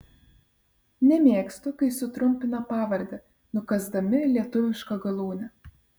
nemėgstu kai sutrumpina pavardę nukąsdami lietuvišką galūnę